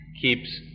keeps